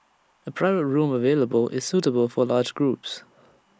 A private room available is suitable for large groups